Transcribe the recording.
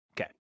Okay